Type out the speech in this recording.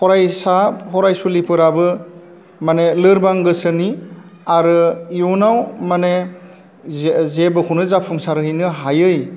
फरायसा फरायसुलिफोराबो मानि लोरबां गोसोनि आरो इयुनाव मानि जि जेबोखौनो जाफुंसारहैनो हायै